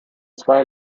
zwei